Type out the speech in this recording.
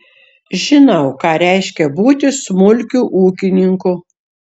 žinau ką reiškia būti smulkiu ūkininku